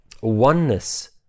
oneness